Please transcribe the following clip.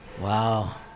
Wow